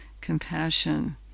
compassion